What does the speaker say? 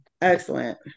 excellent